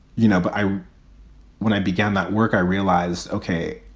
you know, but i when i began that work, i realized, ok,